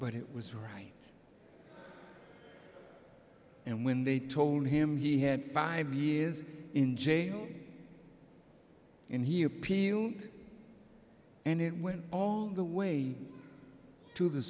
but it was right and when they told him he had five years in jail and he appealed and it went all the way to the